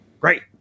Great